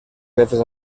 veces